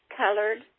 colored